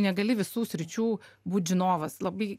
negali visų sričių būt žinovas labai